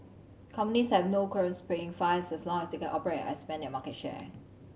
companies have no qualms paying fines as long as they can operate and expand their market share